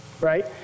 right